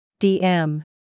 DM